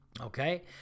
Okay